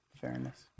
Fairness